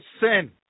sin